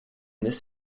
this